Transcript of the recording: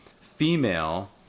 female